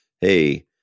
Hey